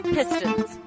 Pistons